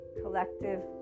collective